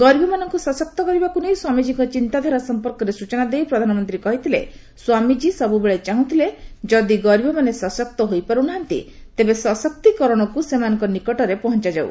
ଗରିବମାନଙ୍କୁ ସଶକ୍ତ କରିବାକୁ ନେଇ ସ୍ୱାମୀଜୀଙ୍କ ଚିନ୍ତାଧାରା ସମ୍ପର୍କରେ ସୂଚନା ଦେଇ ପ୍ରଧାନମନ୍ତ୍ରୀ କହିଥିଲେ ସ୍ୱାମୀଜୀ ସବୁବେଳେ ଚାହୁଁଥିଲେ ଯଦି ଗରୀବମାନେ ସଶକ୍ତ ହୋଇପାରୁନାହାନ୍ତି ତେବେ ସଶକ୍ତୀକରଣକୁ ସେମାନଙ୍କ ନିକଟରେ ପହଞ୍ଚାଯାଉ